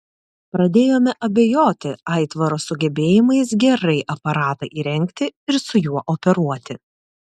pradėjome abejoti aitvaro sugebėjimais gerai aparatą įrengti ir su juo operuoti